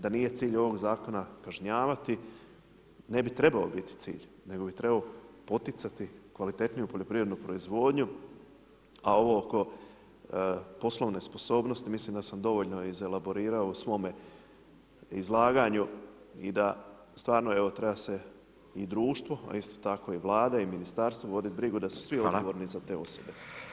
Da nije cilj ovog Zakona kažnjavati, ne bi trebao biti cilj, nego bi trebao poticati kvalitetniju poljoprivrednu proizvodnju, a ovo oko poslovne sposobnosti, mislim da sam dovoljno izelaborirao u svome izlaganju i da stvarno evo, treba se i društvo, a isto tako i Vlada i Ministarstvo voditi brigu da su svi odgovorni za te osobe.